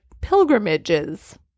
pilgrimages